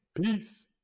Peace